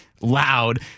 loud